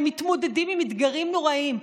הם מתמודדים עם אתגרים נוראיים.